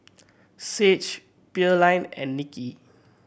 Sage Pearline and Niki